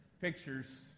pictures